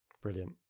Brilliant